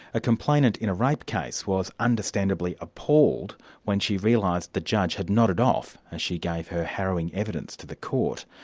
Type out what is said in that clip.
a complainant in a rape case was understandably appalled when she realised the judge had nodded off as she gave her harrowing evidence to the court.